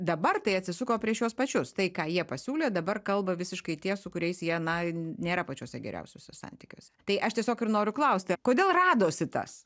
dabar tai atsisuko prieš juos pačius tai ką jie pasiūlė dabar kalba visiškai tie su kuriais jie na nėra pačiuose geriausiuose santykiuose tai aš tiesiog ir noriu klausti kodėl radosi tas